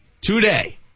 today